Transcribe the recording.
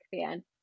fan